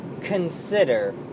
consider